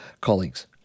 colleagues